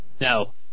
now